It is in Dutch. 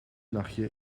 nachtje